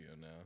now